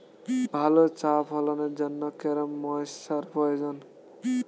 ভালো চা ফলনের জন্য কেরম ময়স্চার প্রয়োজন?